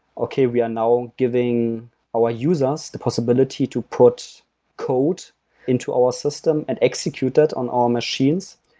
okay, we are now giving our users the possibility to put code into our system and execute it on our machines.